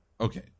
Okay